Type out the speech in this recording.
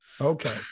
Okay